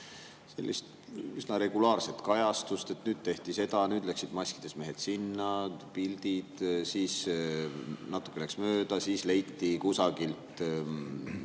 leidis üsna regulaarset kajastust: nüüd tehti seda, nüüd läksid maskides mehed sinna, pildid, siis läks natuke [aega] mööda ja leiti kusagilt